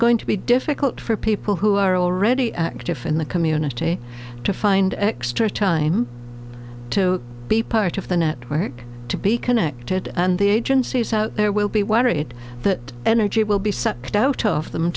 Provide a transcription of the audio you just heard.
going to be difficult for people who are already active in the community to find extra time to be part of the network to be connected and the agencies out there will be worried that energy will be